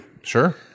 Sure